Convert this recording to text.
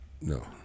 No